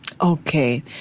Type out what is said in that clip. Okay